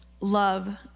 love